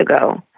ago